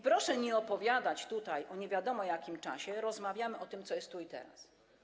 Proszę tutaj nie opowiadać o nie wiadomo jakim czasie, rozmawiamy o tym, co jest tu i teraz.